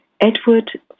Edward